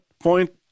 point